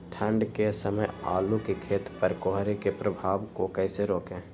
ठंढ के समय आलू के खेत पर कोहरे के प्रभाव को कैसे रोके?